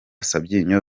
sabyinyo